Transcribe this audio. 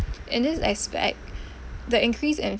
in this aspect the increase in